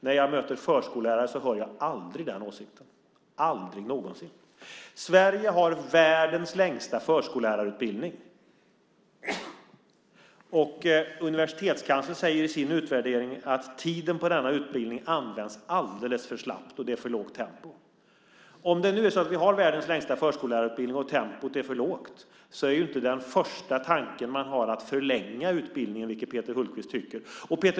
När jag möter förskollärare hör jag aldrig den åsikten, aldrig någonsin. Sverige har världens längsta förskollärarutbildning. Universitetskanslern säger i sin utvärdering att tiden på denna utbildning används alldeles för slappt, och det är för lågt tempo. Om vi har världens längsta förskollärarutbildning och tempot är för lågt är inte den första tanken att förlänga utbildningen, vilket Peter Hultqvist tycker.